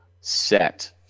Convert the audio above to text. set